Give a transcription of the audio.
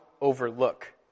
overlook